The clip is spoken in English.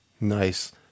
Nice